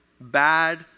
bad